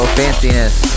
fanciness